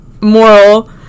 Moral